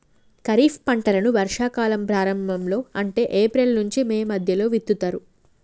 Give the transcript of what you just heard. ఖరీఫ్ పంటలను వర్షా కాలం ప్రారంభం లో అంటే ఏప్రిల్ నుంచి మే మధ్యలో విత్తుతరు